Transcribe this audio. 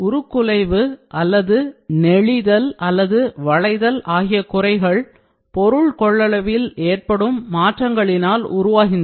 உருக்குலைவு அல்லது நெளிதல் அல்லது வளைதல் ஆகிய குறைகள் பொருள் கொள்ளளவில் ஏற்படும் மாற்றங்களினால் உருவாகின்றன